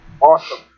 Awesome